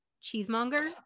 cheesemonger